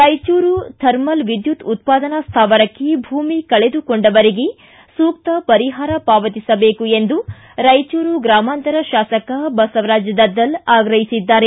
Raichur thermal ವಿದ್ಯುತ್ ಉತ್ಪಾದನಾ ಸ್ಥಾವರಕ್ಕೆ ಭೂಮಿ ಕಳೆದುಕೊಂಡವರಿಗೆ ಸೂಕ್ತ ಪರಿಹಾರ ಪಾವತಿಸಬೇಕು ಎಂದು ರಾಯಚೂರು ಗ್ರಾಮಾಂತರ ಶಾಸಕ ಬಸವರಾಜ್ ದದ್ದಲ್ ಆಗ್ರಹಿಸಿದ್ದಾರೆ